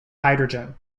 hydrogen